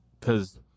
cause